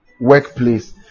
workplace